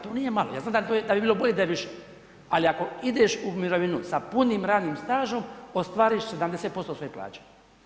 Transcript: To nije malo, ja znam da bi bilo bolje da je više, ali ako ideš u mirovinu sa punim radnim stažom, ostvariš 70% svoje plaće.